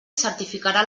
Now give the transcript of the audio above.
certificarà